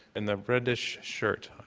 in the reddish shirt,